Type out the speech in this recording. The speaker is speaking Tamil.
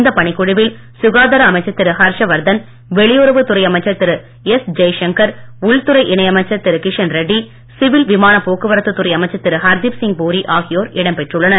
இந்த பணிக்குழுவில் சுகாதார அமைச்சர் திரு ஹர்ஷ வர்தன் வெளியுறவு துறை அமைச்சர் திரு எஸ் ஜெயசங்கர் உள்துறை இணை அமைச்சர் திரு கிஷன்ரெட்டி சிவில் விமான போக்குவரத்து துறை அமைச்சர் திரு ஹர்தீப்சிங் பூரி ஆகியோர் இடம் பெற்றுள்ளனர்